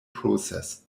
process